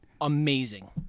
Amazing